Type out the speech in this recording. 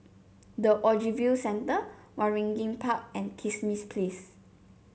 The Ogilvy Centre Waringin Park and Kismis Place